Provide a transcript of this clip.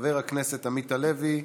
חבר הכנסת עמית הלוי,